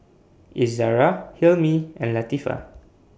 Izzara Hilmi and Latifa